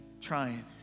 trying